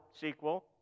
sequel